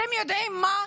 אתם יודעים מה?